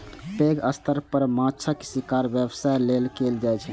पैघ स्तर पर माछक शिकार व्यवसाय लेल कैल जाइ छै